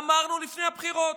אמרנו בבחירות.